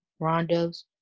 rondos